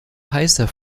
heißer